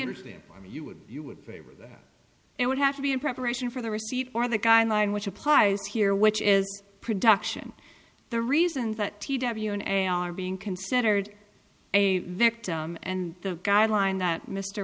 and you would you would it would have to be in preparation for the receipt or the guideline which applies here which is production the reason that t w n a are being considered a victim and the guideline that mr